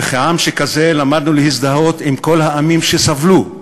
וכעם שכזה למדנו להזדהות עם כל העמים שסבלו,